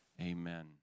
Amen